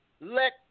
let